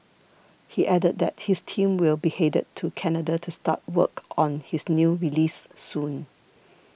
he added that his team will be headed to Canada to start work on his new release soon